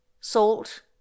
salt